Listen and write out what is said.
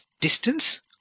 distance